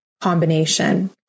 combination